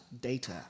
data